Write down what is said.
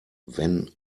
wenn